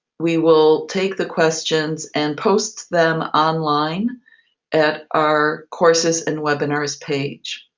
we will take the questions and post them online at our courses and webinars page.